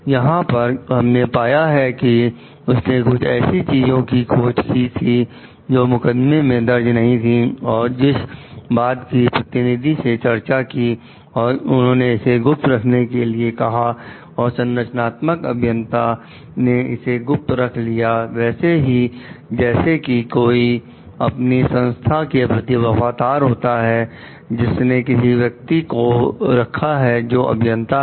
यहां पर हमने है पाया कि उसने कुछ ऐसी चीजों की खोज की थी जो मुकदमे में दर्ज नहीं थी और जिस बात की प्रतिनिधि से चर्चा की और उन्होंने इसे गुप्त रखने के लिए कहा और संरचनात्मक अभियंता ने इसे गुप्त रख लिया वैसे ही जैसे कि कोई अपनी संस्था के प्रति वफादार होता है जिसने किसी व्यक्ति को रखा है जो अभियंता है